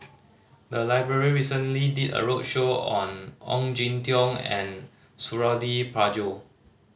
the library recently did a roadshow on Ong Jin Teong and Suradi Parjo